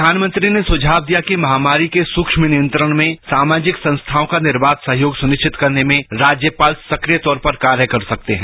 प्रधानमंत्री ने सुझाव दिया कि महामारी के सूहम नियंत्रण में सामाजिक संस्थाओं का निर्दाष सहयोग सुनिश्चित करने में राज्यपाल सक्रिय तौर पर कार्य कर सकते हैं